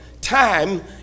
time